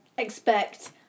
expect